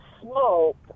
smoke